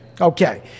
Okay